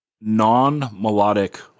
non-melodic